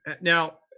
Now